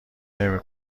نمی